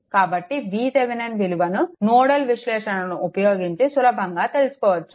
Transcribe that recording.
కాబట్టి VThevenin విలువను nodal విశ్లేషణను ఉపయోగించి సులభంగా తెలుసుకోవచ్చు